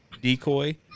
decoy